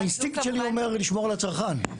האינסטינקט שלי אומר לשמור על הצרכן אם זה עומד במבחן החוק.